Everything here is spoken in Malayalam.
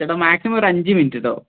ചേട്ടാ മാക്സിമം ഒരഞ്ച് മിനിറ്റ് കെട്ടോ